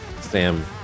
Sam